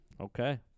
Okay